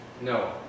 No